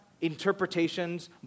interpretations